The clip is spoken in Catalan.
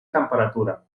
temperatura